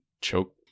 choke